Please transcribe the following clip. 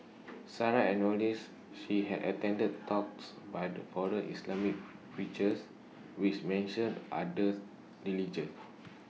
Sarah she had attended talks by foreign Islamic preachers which mentioned others religions